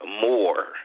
more